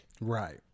Right